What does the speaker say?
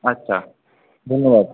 আচ্ছা ধন্যবাদ